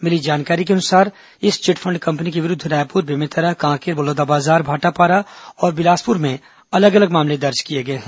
मिली जानकारी के अनुसार इस चिटफंड कंपनी के विरूद्व रायपुर बेमेतरा कांकेर बलौदाबाजार भाटापारा और बिलासपुर में अलग अलग मामले दर्ज हैं